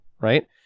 right